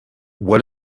what